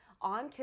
on